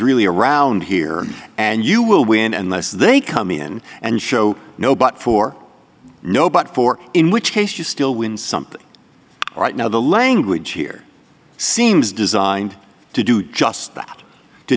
really around here and you will win unless they come in and show no but for no but for in which case you still win something right now the language here seems designed to do just t